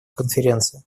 конференции